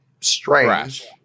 strange